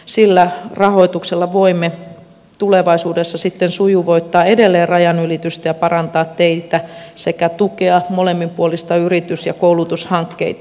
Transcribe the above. sillä rahoituksella voimme tulevaisuudessa sitten sujuvoittaa edelleen rajanylitystä ja parantaa teitä sekä tukea molemminpuolisia yritys ja koulutushankkeita